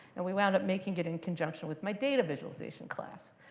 and we wound up making it in conjunction with my data visualization class.